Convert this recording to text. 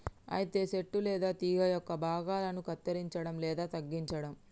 అయితే సెట్టు లేదా తీగ యొక్క భాగాలను కత్తిరంచడం లేదా తగ్గించడం